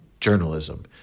journalism